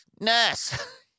nurse